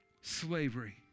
slavery